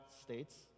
states